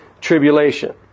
tribulation